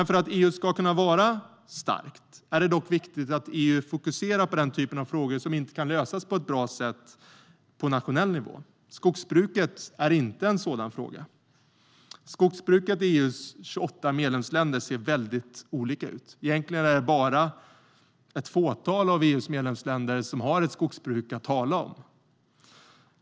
För att EU ska kunna vara starkt är det dock viktigt att EU just fokuserar på den typen av frågor som inte kan lösas på ett bra sätt på nationell nivå. Skogsbruket är inte en sådan fråga. Skogsbruket i EU:s 28 medlemsländer ser väldigt olika ut. Egentligen är det bara ett fåtal av EU:s medlemsländer som har ett skogsbruk att tala om.